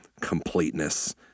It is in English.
completeness